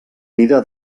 mida